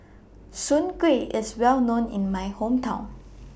Soon Kuih IS Well known in My Hometown